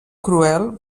cruel